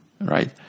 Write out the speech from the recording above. Right